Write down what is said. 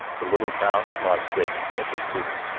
the little town of las vegas had been looted,